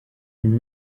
and